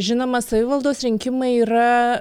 žinoma savivaldos rinkimai yra